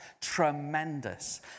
tremendous